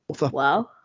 Wow